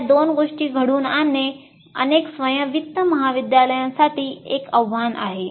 या दोन गोष्टी घडवून आणणे अनेक स्वयं वित्त महाविद्यालयांसाठी एक आव्हान आहे